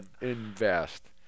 invest